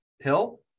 pill